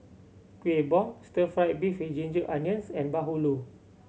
Kuih Bom Stir Fry beef with ginger onions and bahulu